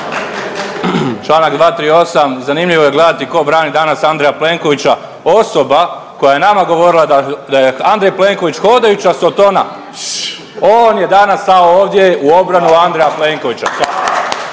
Čl. 238, zanimljivo je gledati tko brani danas Andreja Plenkovića, osoba koja je nama govorila da je Andrej Plenković hodajuća sotona, on je danas stao ovdje u obranu Andreja Plenkovića.